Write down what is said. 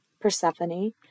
Persephone